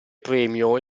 premio